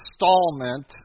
installment